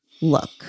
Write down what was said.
look